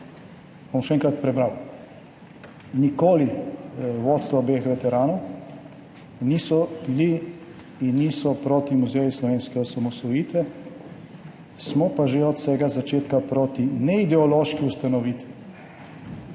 bom še enkrat prebral: nikoli vodstva obeh veteranov niso bili in niso proti Muzeju slovenske osamosvojitve, smo pa že od vsega začetka proti neideološki ustanovitvi.«